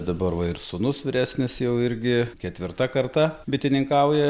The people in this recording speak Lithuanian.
dabar va ir sūnus vyresnis jau irgi ketvirta karta bitininkauja